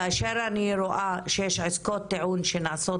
כאשר אני רואה שיש עיסקאות טיעון שנעשות